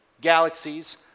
galaxies